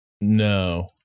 no